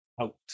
out